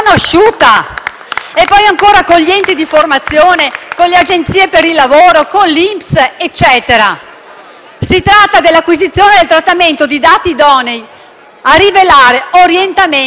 E poi ancora, con gli enti di formazione, le agenzie per il lavoro, l'INPS ed altri. Si tratta dell'acquisizione e del trattamento di dati idonei a rivelare orientamenti, ideologie